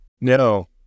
No